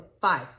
five